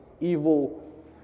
evil